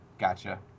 Gotcha